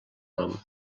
nom